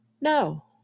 no